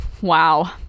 Wow